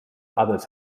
others